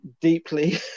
deeply